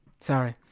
Sorry